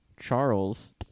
Charles